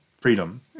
freedom